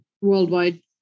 Worldwide